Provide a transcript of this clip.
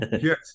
Yes